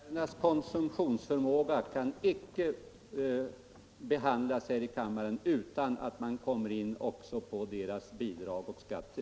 Herr talman! Pensionärernas konsumtionsförmåga kan icke behandlas här i kammaren utan att man också kommer in på deras bidrag och skatter.